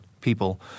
people